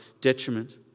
detriment